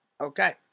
Okay